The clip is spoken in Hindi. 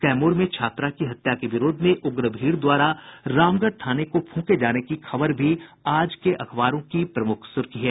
कैमूर में छात्रा की हत्या के विरोध में उग्र भीड़ द्वारा रामगढ़ थाने को फूंके जाने की खबर भी अखबारों की प्रमुख सुर्खी है